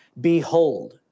Behold